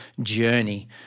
journey